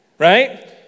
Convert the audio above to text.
Right